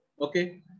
Okay